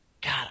God